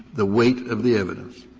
the weight of the evidence?